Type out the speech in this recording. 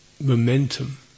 momentum